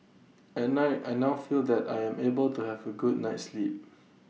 at night I now feel that I am able to have A good night's sleep